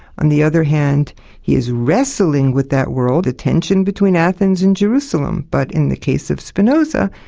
on the other hand he is wrestling with that world the tension between athens and jerusalem. but in the case of spinoza,